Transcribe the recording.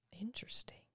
Interesting